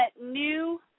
new